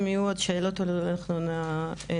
אם יהיו עוד שאלות, אנחנו נרחיב.